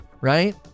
right